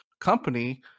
company